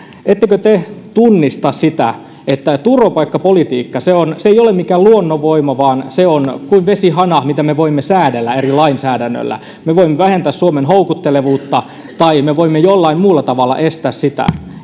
tunnista sitä että turvapaikkapolitiikka ei ole mikään luonnonvoima vaan se on kuin vesihana mitä me voimme säädellä eri lainsäädännöillä me voimme vähentää suomen houkuttelevuutta tai me voimme jollain muulla tavalla estää sitä